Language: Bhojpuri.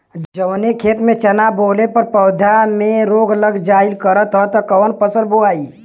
जवने खेत में चना बोअले पर पौधा में रोग लग जाईल करत ह त कवन फसल बोआई?